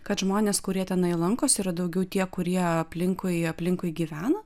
kad žmonės kurie tenai lankosi yra daugiau tie kurie aplinkui aplinkui gyvena